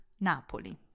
Napoli